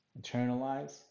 internalize